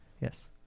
Yes